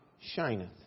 shineth